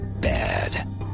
bad